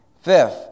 Fifth